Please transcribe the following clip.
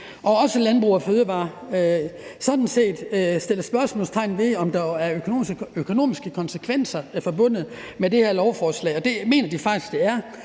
og Landbrug & Fødevarer sådan set sætter spørgsmålstegn ved, om der er økonomiske konsekvenser forbundet med det her lovforslag. Det mener de faktisk der er,